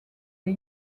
des